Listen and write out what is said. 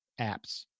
apps